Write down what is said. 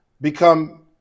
become